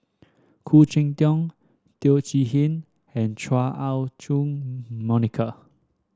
Khoo Cheng Tiong Teo Chee Hean and Chua Ah Monica